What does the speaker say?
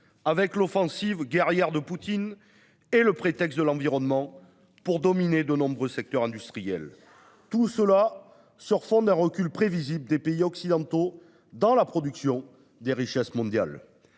avec l'offensive guerrière de Poutine et que l'environnement est un prétexte pour dominer de nombreux secteurs industriels, le tout sur fond du recul prévisible des pays occidentaux dans la production des richesses mondiales.